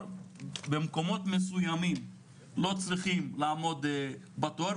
במקומות מסוימים לא צריכים לעמוד בתור,